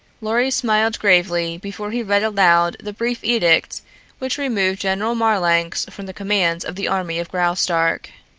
lorry smiled gravely before he read aloud the brief edict which removed general marlanx from the command of the army of graustark.